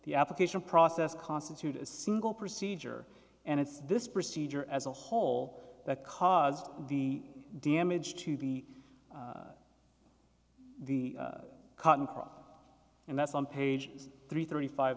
the application process constitute a single procedure and it's this procedure as a whole that caused the damage to be the cotton crop and that's on page three thirty five